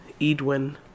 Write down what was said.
Edwin